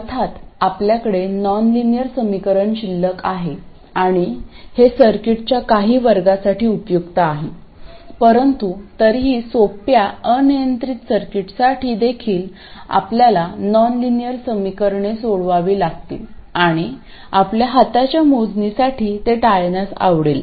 अर्थात आपल्याकडे नॉनलिनियर समीकरण शिल्लक आहे आणि हे सर्किटच्या काही वर्गांसाठी उपयुक्त आहे परंतु तरीही सोप्या अनियंत्रित सर्किट्ससाठी देखील आपल्याला नॉनलिनियर समीकरणे सोडवावी लागतील आणि आपल्याला हाताच्या मोजणीसाठी ते टाळण्यास आवडेल